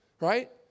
Right